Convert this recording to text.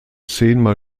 zehnmal